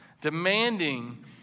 demanding